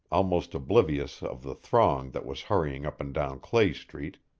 almost oblivious of the throng that was hurrying up and down clay street,